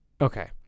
Okay